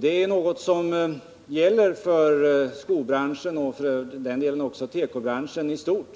Det tillåts för skobranschen och för den delen också för tekobranschen i stort.